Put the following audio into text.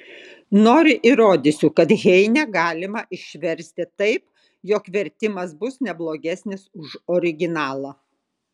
nori įrodysiu kad heinę galima išversti taip jog vertimas bus ne blogesnis už originalą